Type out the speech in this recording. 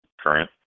current